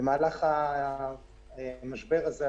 במהלך המשבר הזה,